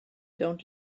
don’t